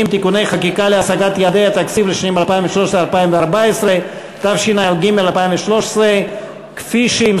(תיקוני חקיקה להשגת יעדי התקציב לשנים 2013 ו-2014) אושרה כפי שמסר